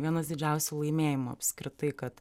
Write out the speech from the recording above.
vienas didžiausių laimėjimų apskritai kad